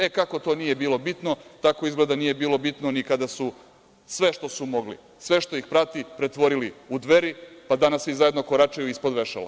E, kako to nije bilo bitno, tako izgleda nije bilo bitno ni kada su sve što su mogli, sve što ih prati pretvorili u Dveri, pa danas svi zajedno koračaju ispod vešala.